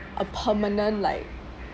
a permanent like